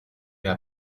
mais